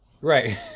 Right